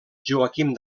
joaquim